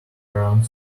around